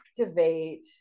activate